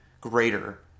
greater